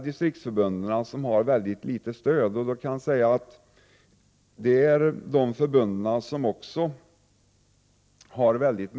Distriktsförbunden har ett mycket litet stöd. Det är förbund med en mycket stor andel damidrott.